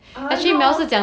(uh huh) 就 lor